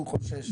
שהוא חושש.